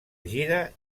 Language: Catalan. gira